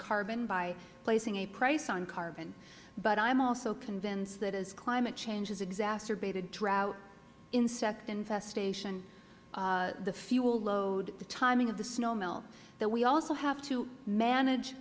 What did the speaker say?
carbon by putting a price on carbon but i am also convinced that as climate change is exacerbated drought insect infestation the fuel load the timing of the snow melt that we also have to manage